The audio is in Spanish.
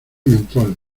mentol